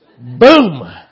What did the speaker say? Boom